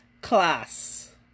class